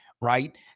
right